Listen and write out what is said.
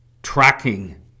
Tracking